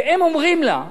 והם אומרים לה,